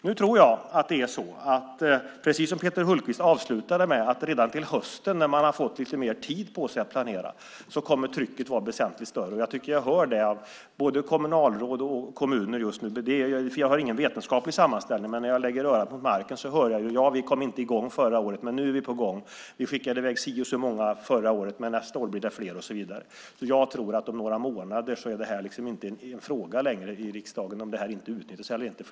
Nu tror jag att det är så, precis som Peter Hultqvist avslutade med, att trycket redan till hösten, när man har fått lite mer tid på sig att planera, kommer att vara väsentligt större. Jag tycker att jag hör det från både kommunalråd och kommuner just nu. Jag har ingen vetenskaplig sammanställning. Men när jag lägger örat mot marken hör jag: Vi kom inte i gång förra året, men nu är vi på gång. Vi skickade i väg si och så många förra året. Men nästa år blir det fler, och så vidare. Jag tror därför att detta om några månader inte längre är någon fråga i riksdagen, alltså om detta utnyttjas eller inte.